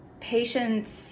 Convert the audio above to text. patients